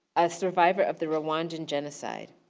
a survivor of the rwandan genocide.